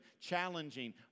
challenging